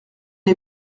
une